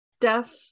deaf